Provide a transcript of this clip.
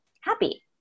happy